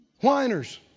Whiners